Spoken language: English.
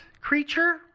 creature